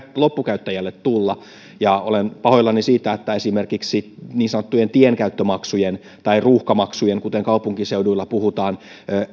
loppukäyttäjälle tulla olen pahoillani siitä että esimerkiksi niin sanottujen tienkäyttömaksujen tai ruuhkamaksujen kuten kaupunkiseuduilla puhutaan